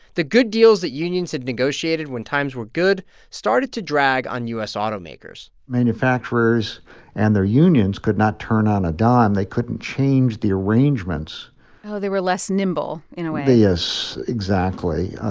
the good deals that unions had negotiated when times were good started to drag on u s. automakers manufacturers and their unions could not turn on a dime. they couldn't change the arrangements oh, they were less nimble in a way yes, exactly.